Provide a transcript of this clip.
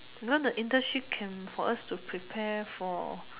you know the internship can for us to prepare for